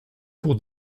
pour